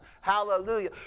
Hallelujah